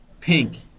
pink